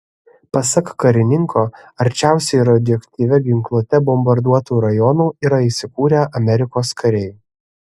pasak karininko arčiausiai radioaktyvia ginkluote bombarduotų rajonų yra įsikūrę amerikos kariai